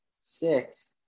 six